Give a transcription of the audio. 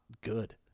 good